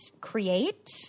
create